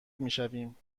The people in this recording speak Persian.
میشویم